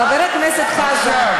חבר הכנסת חזן,